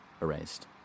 erased